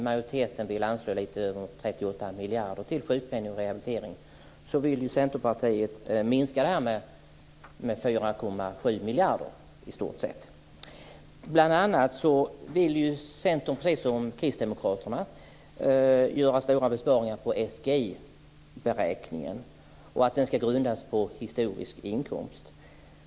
Majoriteten vill anslå lite över 38 miljarder för sjukpenning och rehabilitering medan Centerpartiet vill minska det beloppet med i stort sett 4,7 miljarder. Centern vill också - precis som Kristdemokraterna - göra stora besparingar på SGI-beräkningen. Den ska grundas på historisk inkomst.